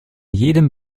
jedem